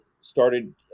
started